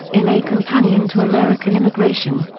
in a companion to american immigration,